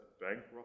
bankrupt